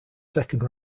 second